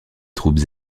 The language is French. troupes